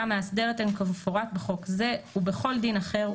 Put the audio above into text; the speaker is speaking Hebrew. המאסדרת הם כמפורט בחוק זה ובכל דין אחר,